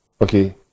Okay